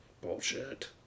Bullshit